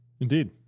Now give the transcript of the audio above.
Indeed